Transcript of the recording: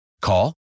Call